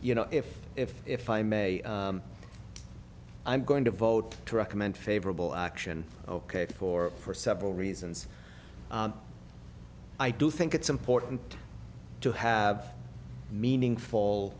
you know if if if i may i'm going to vote to recommend favorable action ok for for several reasons i do think it's important to have meaningful